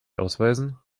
ausweisen